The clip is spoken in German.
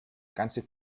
ganze